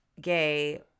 gay